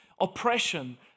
oppression